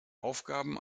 aufgaben